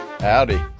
Howdy